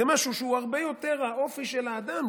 זה משהו שהוא הרבה יותר האופי של האדם.